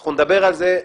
אנחנו נדבר על זה.